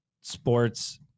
sports